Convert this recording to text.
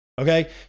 okay